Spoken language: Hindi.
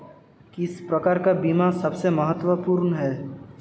किस प्रकार का बीमा सबसे महत्वपूर्ण है?